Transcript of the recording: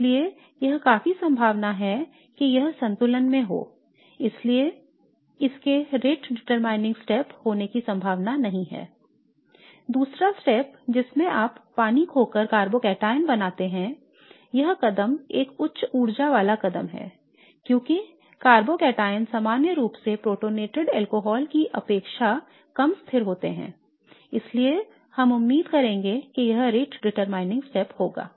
इसलिए यह काफी संभावना है कि यह संतुलन में हो इसलिए इसके दर निर्धारित करने वाला कदम होने की संभावना नहीं है I दूसरा कदम जिसमें आप पानी खोकर कार्बोकैटायन बनाते हैं यह कदम एक उच्च ऊर्जा वाला कदम है क्योंकि कार्बोकैटायन सामान्य रूप से प्रोटोनेटेड एल्कोहल की अपेक्षा कम स्थिर होते हैं I इसलिए हम उम्मीद करेंगे कि यह rate determining step होगा